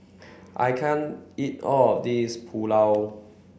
I can't eat all of this Pulao